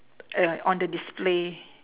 uh on the display